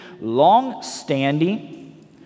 long-standing